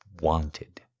wanted